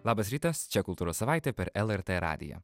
labas rytas čia kultūros savaitė per lrt radiją